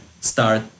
start